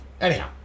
Anyhow